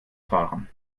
fahren